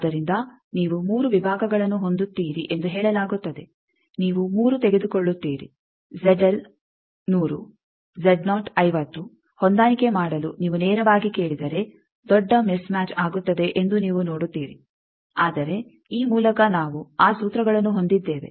ಆದ್ದರಿಂದ ನೀವು 3 ವಿಭಾಗಗಳನ್ನು ಹೊಂದುತ್ತೀರಿ ಎಂದು ಹೇಳಲಾಗುತ್ತದೆ ನೀವು 3 ತೆಗೆದುಕೊಳ್ಳುತ್ತೀರಿ 100 50 ಹೊಂದಾಣಿಕೆ ಮಾಡಲು ನೀವು ನೇರವಾಗಿ ಕೇಳಿದರೆ ದೊಡ್ಡ ಮಿಸ್ ಮ್ಯಾಚ್ ಆಗುತ್ತದೆ ಎಂದು ನೀವು ನೋಡುತ್ತೀರಿ ಆದರೆ ಈ ಮೂಲಕ ನಾವು ಆ ಸೂತ್ರಗಳನ್ನು ಹೊಂದಿದ್ದೇವೆ